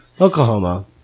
Oklahoma